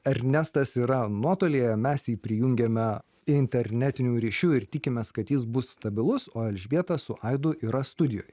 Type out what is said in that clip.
ernestas yra nuotolyje mes jį prijungiame internetiniu ryšiu ir tikimės kad jis bus stabilus o elžbieta su aidu yra studijoj